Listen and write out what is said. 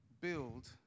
build